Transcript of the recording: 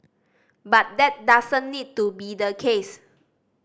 but that doesn't need to be the case